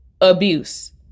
abuse